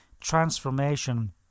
transformation